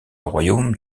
royaume